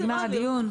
נגמר הדיון.